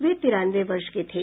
वे तिरानवे वर्ष के थे